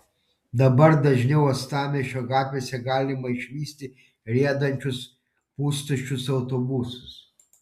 dabar dažniau uostamiesčio gatvėse galima išvysti riedančius pustuščius autobusus